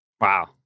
Wow